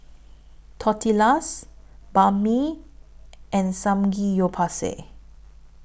Tortillas Banh MI and Samgeyopsal